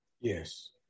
yes